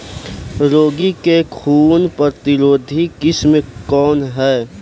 रागी क सूखा प्रतिरोधी किस्म कौन ह?